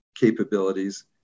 capabilities